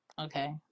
Okay